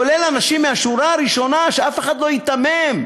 כולל אנשים מהשורה הראשונה, שאף אחד לא ייתמם.